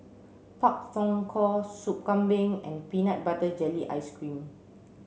Pak Thong Ko Soup Kambing and peanut butter jelly ice cream